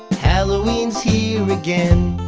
halloweens here again.